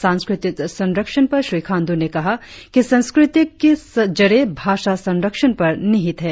सांस्कृतिक संरक्षण पर श्री खांडू ने कहा कि संस्कृतिक की जड़े भाषा संरक्षण पर निहित है